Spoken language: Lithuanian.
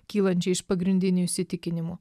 kylančią iš pagrindinių įsitikinimų